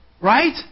right